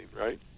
right